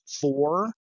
four